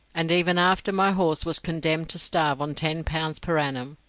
and even after my horse was condemned to starve on ten pounds per annum,